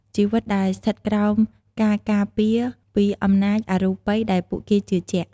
ជីវិតដែលស្ថិតក្រោមការការពារពីអំណាចអរូបីដែលពួកគេជឿជាក់។